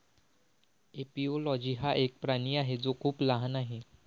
एपिओलोजी हा एक प्राणी आहे जो खूप लहान आहे